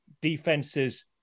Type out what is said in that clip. defenses